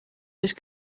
just